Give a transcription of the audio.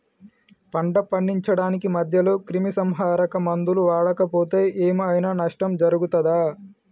పంట పండించడానికి మధ్యలో క్రిమిసంహరక మందులు వాడకపోతే ఏం ఐనా నష్టం జరుగుతదా?